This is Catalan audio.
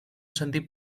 sentit